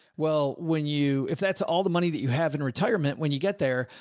well, when you, if that's all the money that you have in retirement, when you get there,